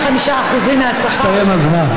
55% מהשכר, הסתיים הזמן.